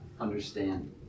understand